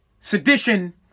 Sedition